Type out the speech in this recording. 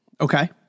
Okay